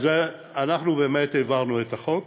אנחנו באמת העברנו את החוק.